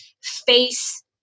face